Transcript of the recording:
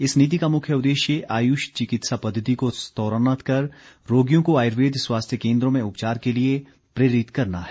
इस नीति का मुख्य उद्देश्य आयुष चिकित्सा पद्धति को स्तरोन्नत कर रोगियों को आयुर्वेद स्वास्थ्य केन्द्रों में उपचार के लिए प्रेरित करना है